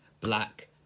black